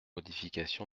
modification